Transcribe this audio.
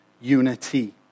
unity